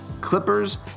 clippers